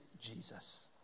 Jesus